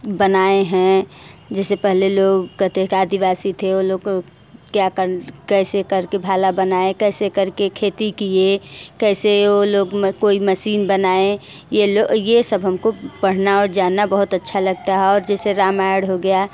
बनाए हैं जैसे पहले लोग कहते है कि आदिवासी थे वह लोग क्या कर कैसे करके भाला बनाए कैसे करके खेती किए कैसे वह लोग म कोई मशीन बनाएँ यह लो यह सब हमको पढ़ना और जानना बहुत अच्छा लगता है और जैसे रामायण हो गया